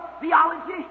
theology